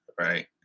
right